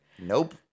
Nope